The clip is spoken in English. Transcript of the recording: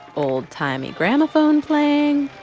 old-timey gramophone playing.